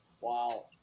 Wow